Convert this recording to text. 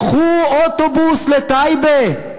קחו אוטובוס לטייבה,